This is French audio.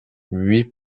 huit